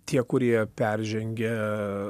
tie kurie peržengė